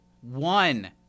one